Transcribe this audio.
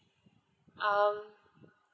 um